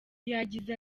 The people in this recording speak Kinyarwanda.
yagize